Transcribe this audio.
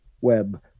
web